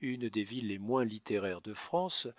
une des villes les moins littéraires de france